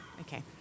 Okay